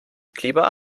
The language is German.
klima